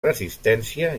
resistència